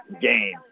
game